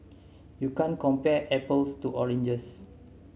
you can't compare apples to oranges